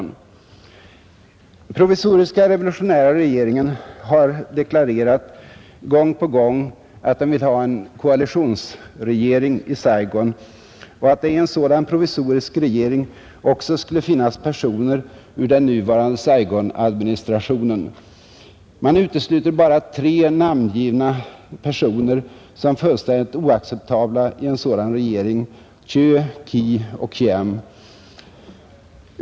Den provisoriska revolutionära regeringen har gång på gång deklarerat att den syftar till en koalitionsregering i Saigon och att det i en sådan regering också skulle finnas personer ur den nuvarande Saigonadministrationen, Man utesluter bara tre namngivna personer som fullständigt oacceptabla i en sådan regering: Thieu, Ky och Khiem.